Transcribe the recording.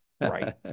right